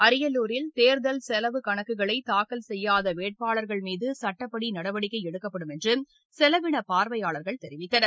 அரியலூரில் தேர்தல் செலவு கணக்குகளை தாக்கல் செய்யாத வேட்பாளர்கள் மீது சுட்டப்படி நடவடிக்கை எடுக்கப்படும் என்று செலவினப் பார்வையாளர்கள் தெரிவித்தனர்